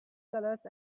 colors